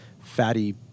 fatty